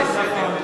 נחמיאס ורבין.